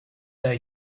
that